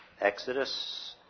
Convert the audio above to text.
Exodus